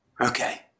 Okay